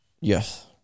Yes